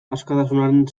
askatasunaren